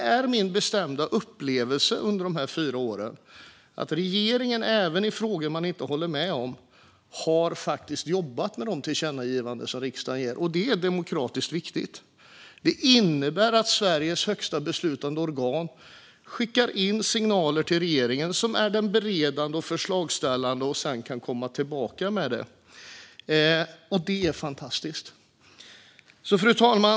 Det har varit min bestämda upplevelse under de här fyra åren att regeringen, även när det har gällt sådant som man inte hållit med om, faktiskt har jobbat med de tillkännagivanden som riksdagen har riktat. Det är demokratiskt viktigt. Det innebär att Sveriges högsta beslutande organ skickar signaler till regeringen, som är den beredande och förslagsställande och som sedan kan komma tillbaka med det. Det är fantastiskt. Fru talman!